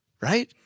right